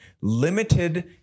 limited